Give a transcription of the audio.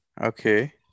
Okay